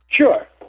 sure